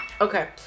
okay